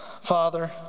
Father